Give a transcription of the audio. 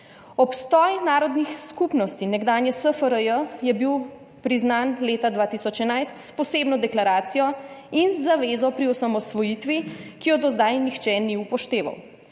Obstoj narodnih skupnosti nekdanje SFRJ je bil priznan leta 2011 s posebno deklaracijo in z zavezo pri osamosvojitvi, ki je do zdaj nihče ni upošteval.